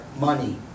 money